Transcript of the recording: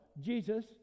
Jesus